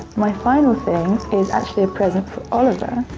my final thing is actually a present for oliver,